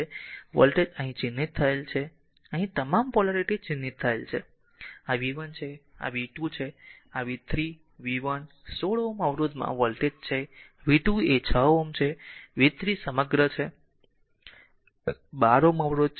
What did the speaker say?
તેથી આ વોલ્ટેજ અહીં ચિહ્નિત થયેલ છે અહીં તમામ પોલારીટી ચિહ્નિત થયેલ છે આ v 1 છે આ v 2 છે અને આ v 3 v 1 16 Ω અવરોધમાં વોલ્ટેજ છે v 2 એ 6 Ω છે અને v 3 સમગ્ર છે 12 Ω અવરોધ